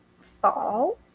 fall